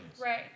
Right